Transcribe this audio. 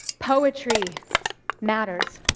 poetry matters.